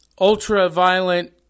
ultra-violent